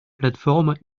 plateforme